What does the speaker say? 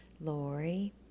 Lori